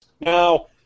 Now